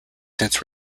since